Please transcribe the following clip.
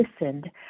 listened